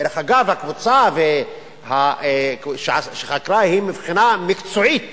דרך אגב, הקבוצה שחקרה מבחינה מקצועית